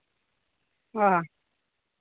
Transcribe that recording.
ᱚ